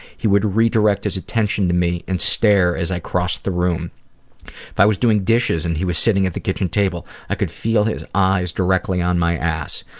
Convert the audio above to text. he would redirect his attention to me and stare as i crossed the room. if i was doing dishes and he was sitting at the kitchen table i could feel his eyes directly on my ass.